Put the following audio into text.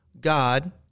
God